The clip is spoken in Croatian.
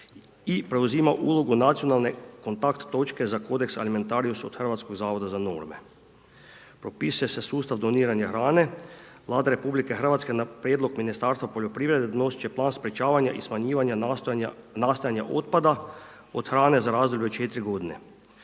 i preuzima ulogu nacionalne kontakt točke za .../Govornik se ne razumije./... od Hrvatskog zavoda za norme. Propisuje se sustav doniranja hrane, Vlada RH na prijedlog Ministarstva poljoprivrede donosit će plan sprječavanja i smanjivanja nastojanja otpada od hrane za razdoblje od 4 godine.